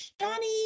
johnny